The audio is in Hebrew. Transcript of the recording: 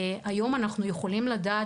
היום אנחנו יכולים לדעת,